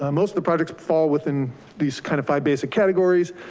um most of the projects fall within these kind of five basic categories,